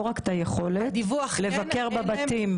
לא רק את היכולת לבקר בבתים.